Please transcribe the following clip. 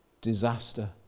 disaster